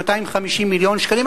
ב-250 מיליון שקלים,